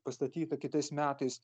pastatyta kitais metais